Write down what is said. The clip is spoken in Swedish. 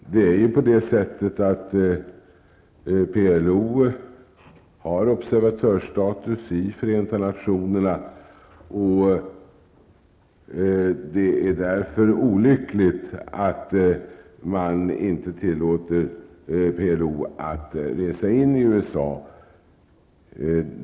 PLO har observatörsstatus i Förenta nationerna, och det är därför olyckligt att man inte tillåter PLOs representanter att resa in i USA.